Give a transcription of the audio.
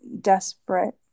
desperate